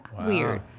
Weird